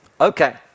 Okay